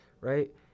right